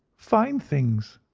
fine things!